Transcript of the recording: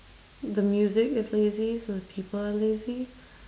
the music is lazy so the people are lazy